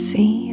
See